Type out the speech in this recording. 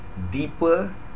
deeper